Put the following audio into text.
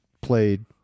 played